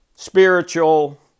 spiritual